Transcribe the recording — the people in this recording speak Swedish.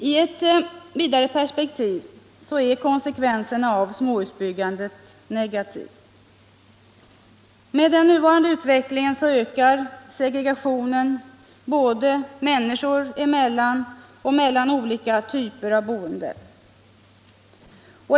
I ett vidare perspektiv blir konsekvenserna än mer negativa. Med den nuvarande utvecklingen ökar segregationen både människor emellan och mellan olika typer av boende.